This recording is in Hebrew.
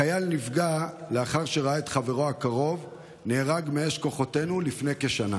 החייל נפגע לאחר שראה את חברו הקרוב נהרג מאש כוחותינו לפני כשנה